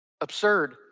Absurd